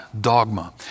dogma